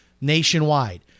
nationwide